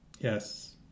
Yes